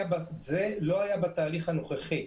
זה לא היה בתהליך הנוכחי.